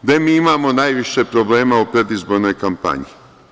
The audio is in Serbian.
Gde mi imamo najviše problema u predizbornoj kampanji?